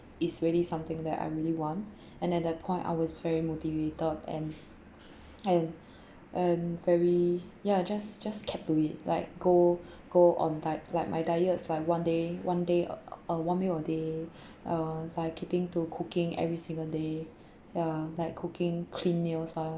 is really something that I really want and at that point I was very motivated and and and very ya just just kept to it like go go on die~ like my diet is like one day one day uh one meal a day uh like keeping to cooking every single day yeah like cooking clean meals lah